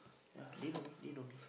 ya they know me they know me